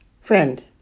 Friend